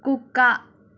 కుక్క